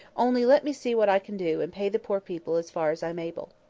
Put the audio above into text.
only let me see what i can do, and pay the poor people as far as i'm able.